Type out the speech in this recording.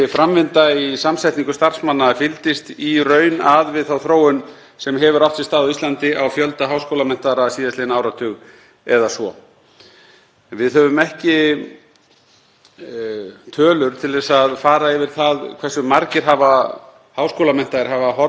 Við höfum ekki tölur til að fara yfir það hversu margir háskólamenntaðir hafa horfið af almenna markaðnum yfir til stofnana ríkisins, hvorki tímabundið né varanlega, né á hinn bóginn höfum við tölur um hve margir háskólamenntaðir hafi horfið frá stofnunum ríkisins